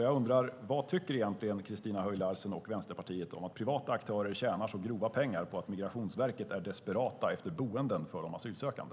Jag undrar: Vad tycker egentligen Christina Höj Larsen och Vänsterpartiet om att privata aktörer tjänar så grova pengar på att Migrationsverket är desperat efter boenden för de asylsökande?